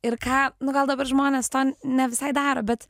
ir ką nu gal dabar žmonės ten nevisai daro bet